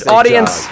Audience